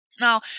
Now